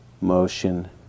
motion